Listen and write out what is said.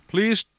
Please